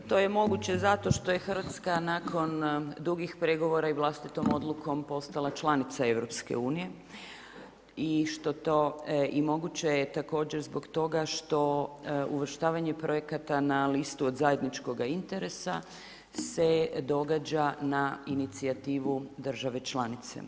Pa to je moguće zato što je Hrvatska nakon dugih pregovora i vlastitom odlukom postala članica EU-a i moguće je također zbog toga što uvrštavanje projekata na listu od zajedničkoga interesa se događa na inicijativu države članice.